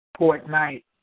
Fortnite